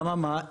אממה?